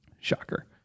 shocker